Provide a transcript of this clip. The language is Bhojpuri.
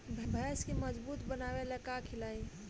भैंस के मजबूत बनावे ला का खिलाई?